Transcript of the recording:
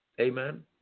Amen